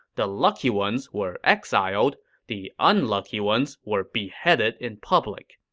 the lucky ones were exiled the unlucky ones were beheaded in public.